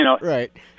right